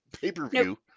pay-per-view